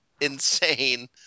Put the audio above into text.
insane